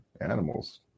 animals